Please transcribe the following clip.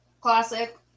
classic